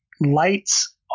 lights